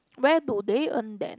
where do they earn then